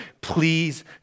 please